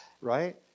right